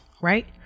right